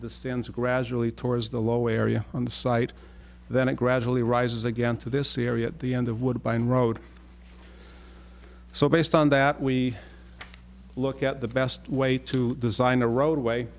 the stands gradually towards the low area on the site then it gradually rises again to this area at the end of woodbine road so based on that we look at the best way to design a roadway